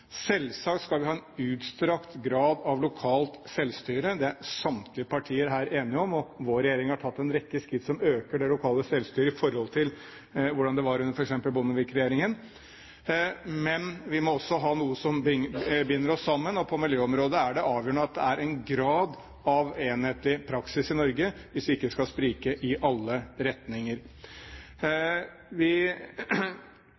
Selvsagt skal vi ha en utstrakt grad av lokalt selvstyre. Det er samtlige partier her enige om. Vår regjering har tatt en rekke skritt som øker det lokale selvstyret i forhold til hvordan det var under f.eks. Bondevik-regjeringen. Men vi må også ha noe som binder oss sammen, og på miljøområdet er det avgjørende at det er en grad av enhetlig praksis i Norge hvis vi ikke skal sprike i alle retninger.